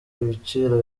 ibiciro